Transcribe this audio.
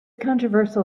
controversial